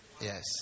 Yes